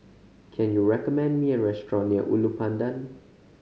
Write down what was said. can you recommend me a restaurant near Ulu Pandan